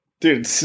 Dude